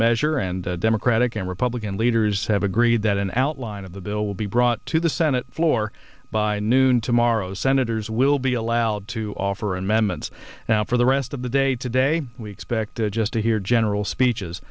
measure and democratic and republican leaders have agreed that an outline of the bill will be brought to the senate floor by noon tomorrow senators will be allowed to offer and mammoths now for the rest of the day today we expect just to hear general speeches